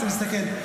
ומסתכל.